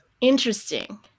interesting